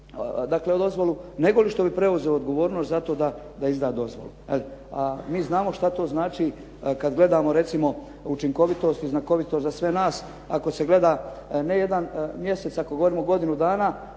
određenu dozvolu nego li što bi preuzeo odgovornost zato da izda dozvolu. A mi znamo što to znači kada gledamo recimo učinkovitost i znakovitost za sve nas, ako se gleda ne jedan mjesec, ako govorimo o godini dana